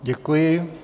Děkuji.